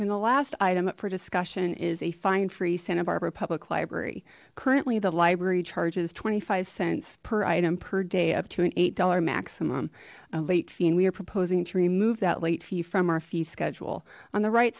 last item for discussion is a fine free santa barbara public library currently the library charges twenty five cents per item per day up to an eight dollar maximum late fee and we are proposing to remove that late fee from our fee schedule on the right